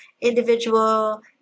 individual